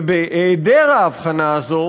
ובהיעדר ההבחנה הזאת